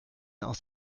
aus